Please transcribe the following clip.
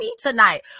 tonight